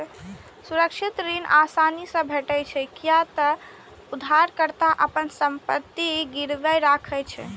सुरक्षित ऋण आसानी से भेटै छै, कियै ते उधारकर्ता अपन संपत्ति गिरवी राखै छै